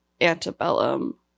antebellum